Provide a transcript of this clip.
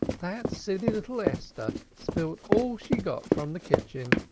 that silly little esther spilt all she got from the kitchen.